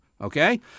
okay